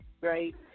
right